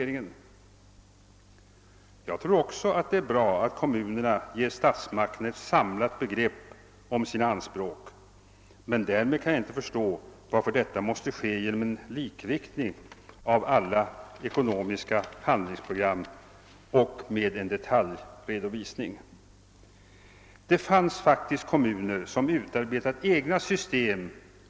Kommunerna skall också tala om varför de vill göra det och ange hur de olika projekten är avsedda att finansieras. Jag kan förstå att det har ett visst intresse med tanke på nationalräkenskaperna att få ett begrepp om kommunernas behov och önskemål i de här avseendena, främst kommunernas anspråk på kapital.